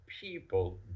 people